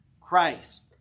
Christ